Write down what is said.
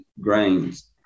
grains